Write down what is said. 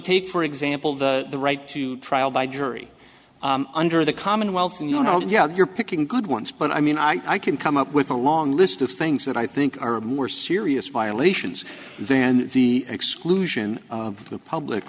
take for example the right to trial by jury under the commonwealth you know yeah you're picking good ones but i mean i can come up with a long list of things that i think are more serious violations then the exclusion of the public